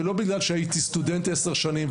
לא בגלל שהייתי סטודנט עשר שנים,